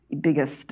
biggest